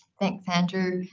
thanks andrew.